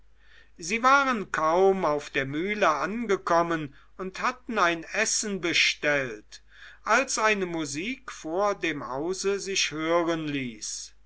sie waren kaum auf der mühle angekommen und hatten ein essen bestellt als eine musik vor dem hause sich hören ließ